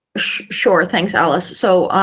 sure, thanks, alice. so